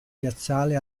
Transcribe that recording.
piazzale